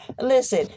Listen